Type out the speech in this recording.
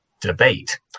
Debate